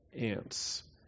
ants